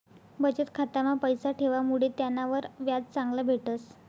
बचत खाता मा पैसा ठेवामुडे त्यानावर व्याज चांगलं भेटस